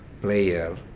player